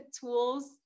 tools